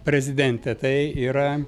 prezidentė tai yra